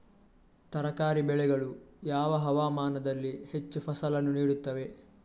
ತರಕಾರಿ ಬೆಳೆಗಳು ಯಾವ ಹವಾಮಾನದಲ್ಲಿ ಹೆಚ್ಚು ಫಸಲನ್ನು ನೀಡುತ್ತವೆ?